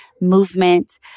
movement